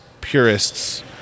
purists